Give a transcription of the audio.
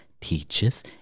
teaches